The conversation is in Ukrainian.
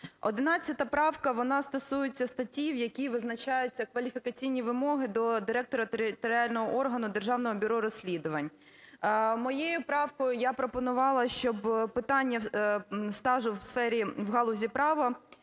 11 правка, вона стосується статті, в якій визначаються кваліфікаційні вимоги до директора територіального органу Державного бюро розслідувань. Моєю правкою я пропонувала, щоби питання стажу в сфері, в галузі права,